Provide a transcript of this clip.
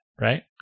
right